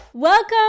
Welcome